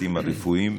הצוותים הרפואיים.